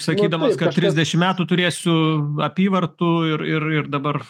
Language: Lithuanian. sakydamas kas trisdešim metų turėsiu apyvartų ir ir dabar